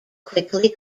quickly